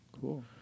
Cool